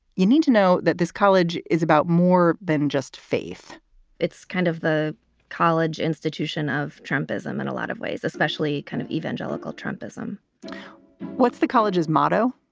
you need to know that this college is about more than just faith it's kind of the college institution of trumpism and a lot of ways, especially kind of evangelical trumpism what's the college's motto?